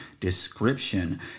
description